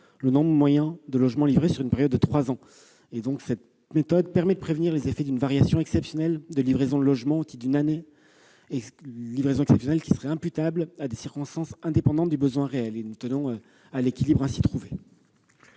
le nombre moyen de logements livrés sur une période de trois ans. Cette méthode permet de prévenir les effets d'une variation exceptionnelle des livraisons de logements au titre d'une année particulière, laquelle serait imputable à des circonstances indépendantes du besoin réel. Nous tenons à l'équilibre ainsi trouvé.